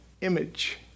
image